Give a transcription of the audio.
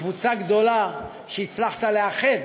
וקבוצה גדולה שהצלחת לאחד,